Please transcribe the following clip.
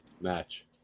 match